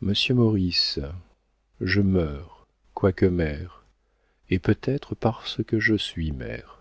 monsieur maurice je meurs quoique mère et peut-être parce que je suis mère